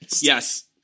Yes